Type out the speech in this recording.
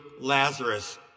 Lazarus